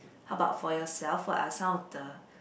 how about for yourself what are some of the